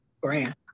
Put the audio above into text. grant